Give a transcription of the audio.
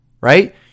Right